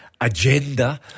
agenda